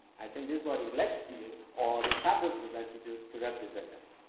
i think this body let you or the faculty let you to to represent them